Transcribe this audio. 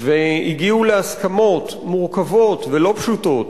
והגיעו להסכמות מורכבות ולא פשוטות,